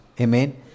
Amen